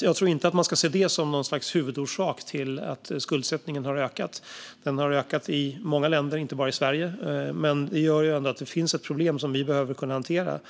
jag tror inte att man ska se det som något slags huvudorsak till att skuldsättningen har ökat. Den har ökat i många länder, inte bara i Sverige. Det gör ändå att det finns ett problem som vi behöver kunna hantera.